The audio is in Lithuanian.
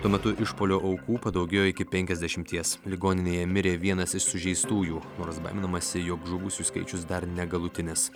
tuo metu išpuolio aukų padaugėjo iki penkiasdešimties ligoninėje mirė vienas iš sužeistųjų nors baiminamasi jog žuvusių skaičius dar negalutinis